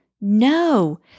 No